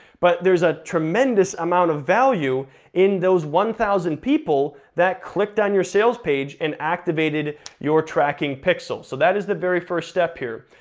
but there's a tremendous amount of value in those one thousand people that clicked on your sales page and activated your tracking pixel. so that is the very first step here,